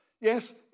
Yes